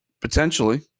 Potentially